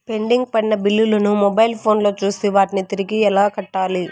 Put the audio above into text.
pending పడిన బిల్లులు ను మొబైల్ ఫోను లో చూసి వాటిని తిరిగి ఎలా కట్టాలి